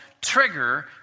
trigger